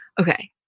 Okay